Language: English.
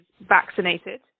vaccinated